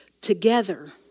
together